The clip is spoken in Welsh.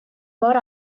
mor